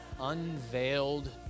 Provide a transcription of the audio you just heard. unveiled